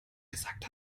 gesagt